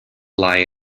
lie